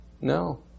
No